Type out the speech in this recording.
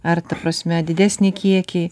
ar ta prasme didesni kiekiai